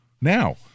Now